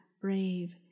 brave